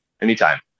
Anytime